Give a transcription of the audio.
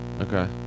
Okay